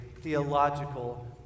theological